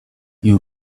you